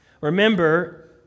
Remember